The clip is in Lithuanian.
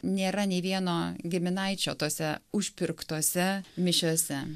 nėra nei vieno giminaičio tose užpirktose mišiose